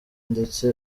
ndetse